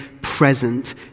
present